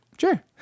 Sure